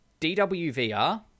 DWVR